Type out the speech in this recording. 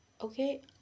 okay